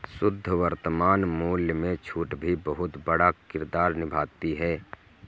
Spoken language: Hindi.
शुद्ध वर्तमान मूल्य में छूट भी बहुत बड़ा किरदार निभाती है